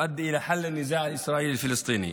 יביא לפתרון הסכסוך הישראלי פלסטיני.